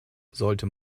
sollte